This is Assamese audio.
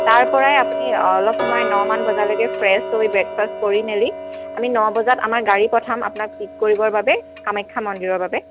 তাৰ পৰাই আপুনি অলপ সময় নমান বজালেকে ফ্ৰেচ হৈ ব্ৰেকফাষ্ট কৰি মেলি আমি ন বজাত আমাৰ গাড়ী পঠাম আপোনাক পিক কৰিবৰ বাবে কামাখ্যা মন্দিৰৰ বাবে